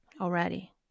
already